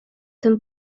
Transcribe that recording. tym